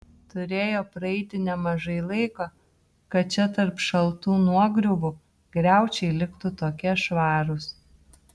turėjo praeiti nemažai laiko kad čia tarp šaltų nuogriuvų griaučiai liktų tokie švarūs